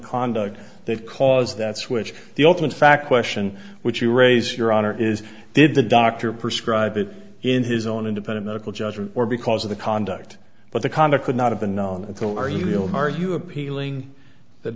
conduct they've cause that's which the ultimate fact question which you raise your honor is did the doctor prescribe it in his own independent medical judgment or because of the conduct but the conduct could not have been known until are you are you appealing that